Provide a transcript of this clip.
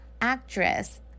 actress